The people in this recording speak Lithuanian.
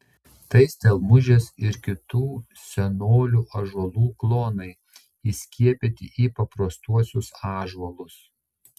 tai stelmužės ir kitų senolių ąžuolų klonai įskiepyti į paprastuosius ąžuolus